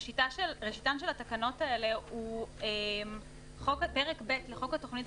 ראשיתן של התקנות האלה הוא פרק ב' לחוק התוכנית